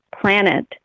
planet